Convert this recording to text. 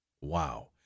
Wow